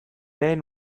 lehen